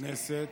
הכנסת